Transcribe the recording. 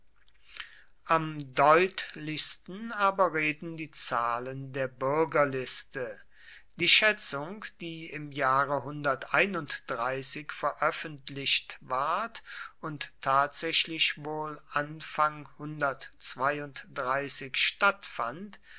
am deutlichsten aber reden die zahlen der bürgerliste die schätzung die im jahre veröffentlicht ward und tatsächlich wohl anfang stattfand